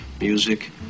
music